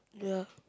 ya